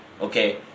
Okay